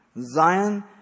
Zion